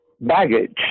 baggage